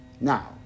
now